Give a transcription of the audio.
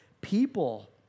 people